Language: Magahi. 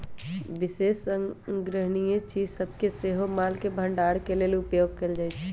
विशेष संग्रहणीय चीज सभके सेहो मोल के भंडारण के लेल उपयोग कएल जाइ छइ